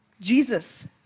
Jesus